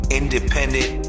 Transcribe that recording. independent